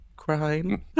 crime